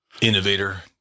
innovator